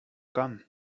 gun